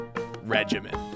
regimen